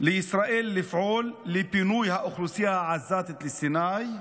לישראל לפעול לפינוי האוכלוסייה העזתית לסיני,